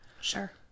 sure